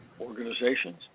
organizations